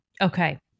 Okay